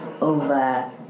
over